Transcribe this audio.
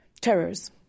terrors